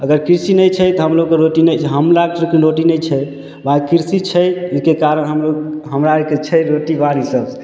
अगर कृषि नहि छै तऽ हमलोक रोटी नहि हमरासभके रोटी नहि छै वएह कृषि छै ओहिके कारण हमरो हमरा आरके छै रोटी पानी सबचीज